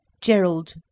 Gerald